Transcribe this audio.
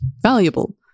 valuable